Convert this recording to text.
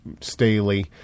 Staley